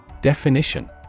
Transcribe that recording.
Definition